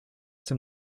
dem